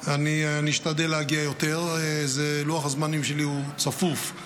אשתדל להגיע יותר, לוח הזמנים שלי צפוף.